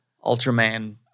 Ultraman